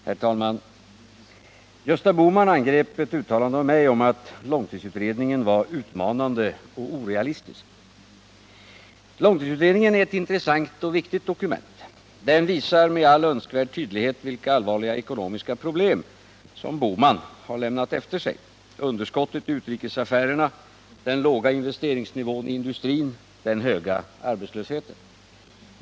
Herr talman! Gösta Bohman angrep mitt uttalande att långtidsutredningen är utmanande och orealistisk. Långtidsutredningen är ett intressant och viktigt dokument. Den visar med all önskvärd tydlighet vilka allvarliga ekonomiska problem som herr Bohman har lämnat efter sig: underskottet i utrikesaffärerna, den låga investeringsnivån i industrin, den höga arbetslösheten.